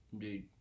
Dude